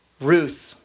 Ruth